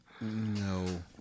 No